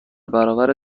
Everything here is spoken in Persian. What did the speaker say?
برابر